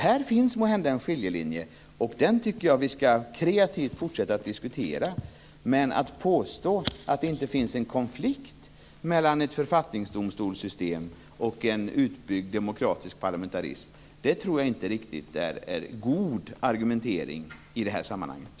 Här finns måhända en skiljelinje, och jag tycker att vi skall fortsätta att diskutera den kreativt. Men att påstå att det inte finns en konflikt mellan ett författningsdomstolssystem och en utbyggd demokratisk parlamentarism - det tror jag inte är någon riktigt god argumentering i sammanhanget.